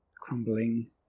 crumbling